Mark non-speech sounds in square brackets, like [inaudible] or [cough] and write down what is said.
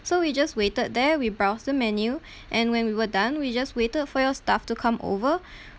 so we just waited there we browsed the menu [breath] and when we were done we just waited for your staff to come over [breath]